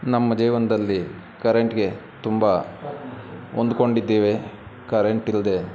ನಮ್ಮ ಜೀವನದಲ್ಲಿ ಕರೆಂಟ್ಗೆ ತುಂಬ ಹೊಂದ್ಕೊಂಡಿದ್ದೇವೆ ಕರೆಂಟ್ ಇಲ್ಲದೇ